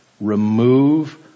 remove